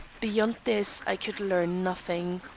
beyond this, i could learn nothing.